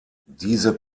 diese